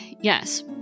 yes